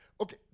Okay